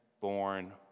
born